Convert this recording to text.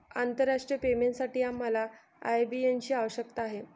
आंतरराष्ट्रीय पेमेंटसाठी आम्हाला आय.बी.एन ची आवश्यकता आहे